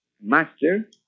master